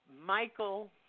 Michael